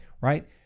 right